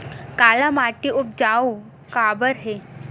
काला माटी उपजाऊ काबर हे?